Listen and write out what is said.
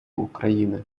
україни